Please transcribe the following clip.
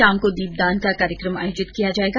शाम को दीपदान का कार्यक्रम आयोजित किया जायेगा